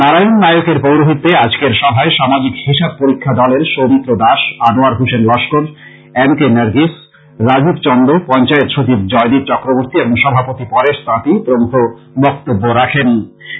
নারায়ন নায়েকের পৌরহিত্যে আজকের সভায় সামাজিক হিসাব পরীক্ষা দলের সৌমিত্র দাস আনোয়ার হোসেন লস্কর এম কে নারগিস রাজীব চন্দপঞ্চায়েত সচিব জয়দ্বীপ চক্রবর্ত্তী এবং সভাপতি পরেশ তাঁতী প্রমুখ বক্তব্য রাখেন